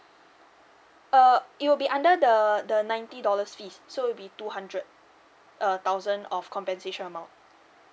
err it will be under the the ninety dollars fees so it will be two hundred uh thousand of compensation amount